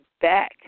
back